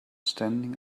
standing